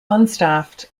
unstaffed